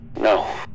No